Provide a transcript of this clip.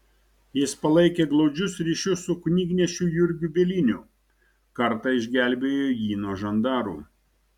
jis palaikė glaudžius ryšius su knygnešiu jurgiu bieliniu kartą išgelbėjo jį nuo žandaru